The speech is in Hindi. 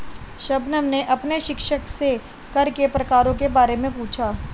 शबनम ने अपने शिक्षक से कर के प्रकारों के बारे में पूछा